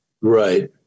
Right